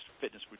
fitness